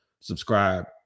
subscribe